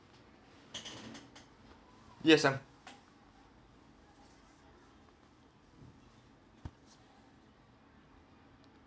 yes ah